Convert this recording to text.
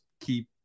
keep